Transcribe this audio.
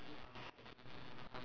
uh what do you call that